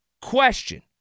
Question